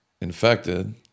infected